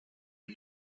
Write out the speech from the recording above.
and